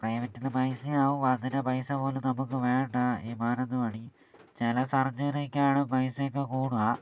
പ്രൈവറ്റിൽ പൈസയും ആവും അതിനു പൈസ പോലും നമുക്ക് വേണ്ട ഈ മാനന്തവാടി ചില സർജറിക്കാണ് പൈസ ഒക്കെ കൂടുക